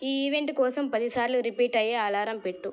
ఈ ఈవెంట్ కోసం పదిసార్లు రిపీట్ అయ్యే అలారం పెట్టు